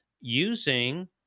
using